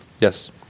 Yes